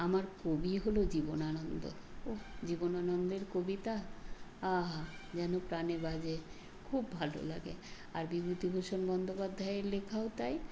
আমার কবি হল জীবনানন্দ ওহ জীবনানন্দের কবিতা আহা যেন প্রাণে বাজে খুব ভালো লাগে আর বিভূতিভূষণ বন্দোপাধ্যায়ের লেখাও তাই